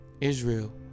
Israel